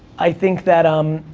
i think that, um